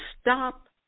stop